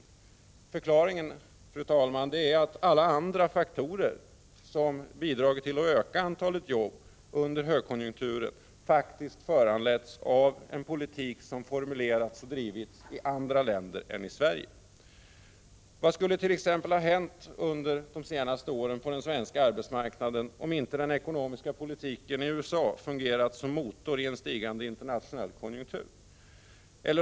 Förklaringen, fru talman, är att alla andra faktorer som bidragit till att öka antalet jobb under högkonjunkturen faktiskt har föranletts av en politik som formulerats och drivits i andra länder än i Sverige. Vad skulle t.ex. ha hänt under de senaste åren på den svenska arbetsmarknaden om inte den ekonomiska politiken i USA fungerat som motor i en stigande internationell konjunktur?